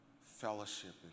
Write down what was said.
fellowship